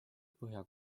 põhja